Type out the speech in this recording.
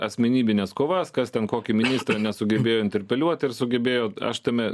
asmenybines kovas kas ten kokį ministrą nesugebėjo interpretuoti ar sugebėjo aš tame